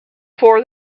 for